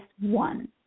one